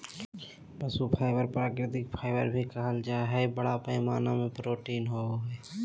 पशु फाइबर प्राकृतिक फाइबर भी कहल जा हइ, बड़ा पैमाना में प्रोटीन होवो हइ